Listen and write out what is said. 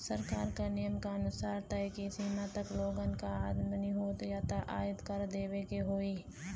सरकार क नियम क अनुसार एक तय सीमा तक लोगन क आमदनी होइ त आय कर देवे के होइ